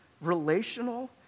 relational